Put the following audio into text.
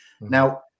Now